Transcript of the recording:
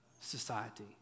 society